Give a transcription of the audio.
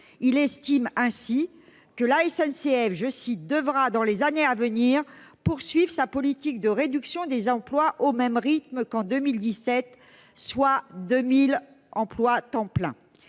il estime ainsi que la SNCF je suis devra, dans les années à venir poursuive sa politique de réduction des emplois au même rythme qu'en 2017 soit 2000 emplois à temps plein,